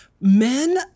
men